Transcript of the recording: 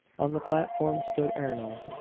on the platform stood ernol,